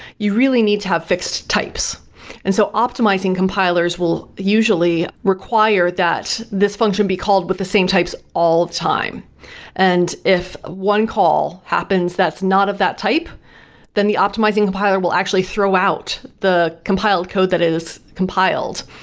you really need to have fixed types and so optimizing compilers will usually require that this function be called with the same types all the time and if one call happens, that's not of that type then the optimizing compiler will actually throw out the compiled code that is compiled.